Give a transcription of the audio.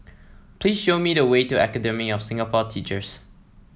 please show me the way to Academy of Singapore Teachers